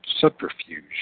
subterfuge